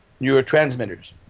neurotransmitters